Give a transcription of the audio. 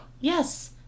Yes